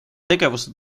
tegevuse